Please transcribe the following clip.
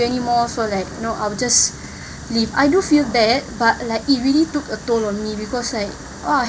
anymore for like you know I'll just leave I really feel bad but like it really took a toll on me because like !wah!